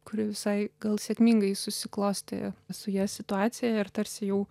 kuri visai gal sėkmingai susiklostė su ja situacija ir tarsi jau